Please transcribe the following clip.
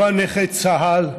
לא את נכי צה"ל,